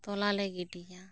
ᱛᱚᱞᱟ ᱞᱮ ᱜᱤᱰᱤᱭᱟ